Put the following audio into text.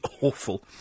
awful